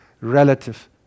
relative